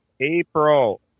April